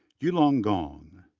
yulong gong,